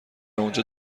اونجا